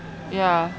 ya